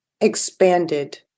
expanded